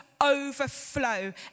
overflow